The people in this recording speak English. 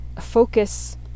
focus